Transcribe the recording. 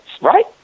Right